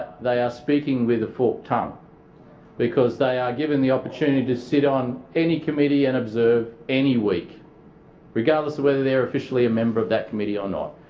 they are speaking with a forked tongue because they are given the opportunity to sit on any committee and observe any week regardless of whether they're officially a member of that committee or not.